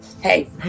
Hey